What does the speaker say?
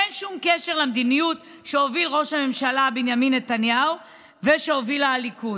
אין שום קשר למדיניות שהוביל ראש הממשלה בנימין נתניהו ושהוביל הליכוד.